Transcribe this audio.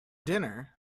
dinner